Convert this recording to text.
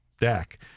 Dak